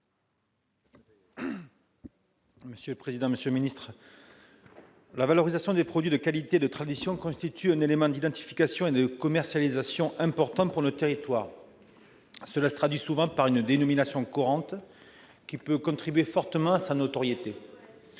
: La parole est à M. François Bonhomme. La valorisation des produits de qualité et de tradition constitue un élément d'identification et de commercialisation important pour nos territoires ; cela se traduit souvent par une dénomination courante qui peut contribuer fortement à sa notoriété.